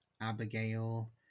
Abigail